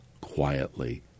quietly